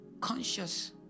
conscious